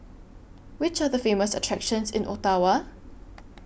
Which Are The Famous attractions in Ottawa